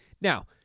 Now